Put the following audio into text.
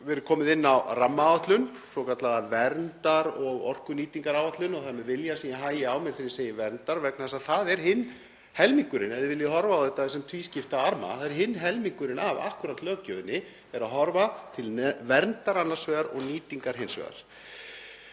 verið komið inn á rammaáætlun, svokallaða verndar- og orkunýtingaráætlun, og það er með vilja sem ég hægi á mér þegar ég segi „verndar-“ vegna þess að það er hinn helmingurinn ef við viljum horfa á þetta sem tvískipta arma. Það er akkúrat hinn helmingurinn af löggjöfinni, að horfa til verndar annars vegar og nýtingar hins vegar.